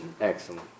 Excellent